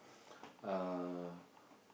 uh